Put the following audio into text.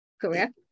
correct